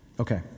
Okay